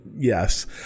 Yes